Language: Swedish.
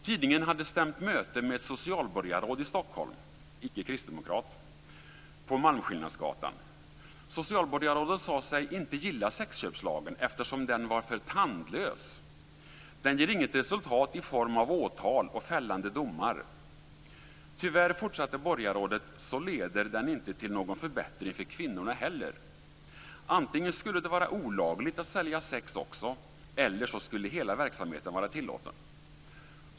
Tidningen hade stämt möte med ett socialborgarråd i Stockholm - Socialborgarrådet sade sig inte gilla sexköpslagen eftersom den var för tandlös. Den ger inget resultat i form av åtal och fällande domar. Tyvärr, fortsatte borgarrådet, så leder den inte till någon förbättring för kvinnorna heller. Antingen skulle det vara olagligt att sälja sex eller så skulle hela verksamheten vara tillåten.